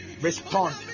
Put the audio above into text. respond